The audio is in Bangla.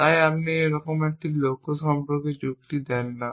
তাই আপনি এমন একটি লক্ষ্য সম্পর্কে যুক্তি দেন না